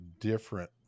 different